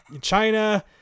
China